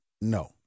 No